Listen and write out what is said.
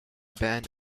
ban